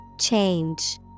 Change